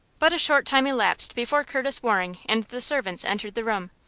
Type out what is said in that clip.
but a short time elapsed before curtis waring and the servants entered the room,